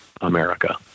America